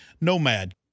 Nomad